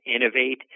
innovate